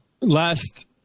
last